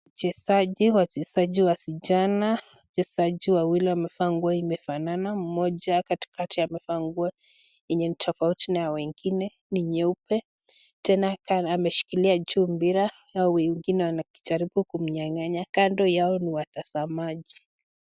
Wachezaji, wachezaji wasichana, wachezaji wawili wamvaa nguo imefanana, mmoja katikati amevaa nguo yenye ni tofauti na ya wengine, ni nyeupe tena kan ameshikilia juu mpira hao wengine wana wakijaribu kumnyang'anya. Kando yao ni watazamaji.